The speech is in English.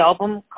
album